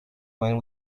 when